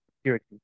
security